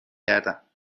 گردم